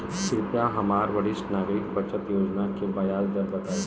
कृपया हमरा वरिष्ठ नागरिक बचत योजना के ब्याज दर बताइं